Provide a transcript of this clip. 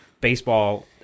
baseball